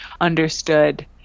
understood